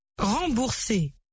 Rembourser